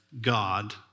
God